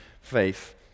faith